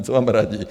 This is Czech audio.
Co vám radí?